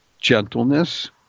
gentleness